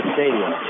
Stadium